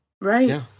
right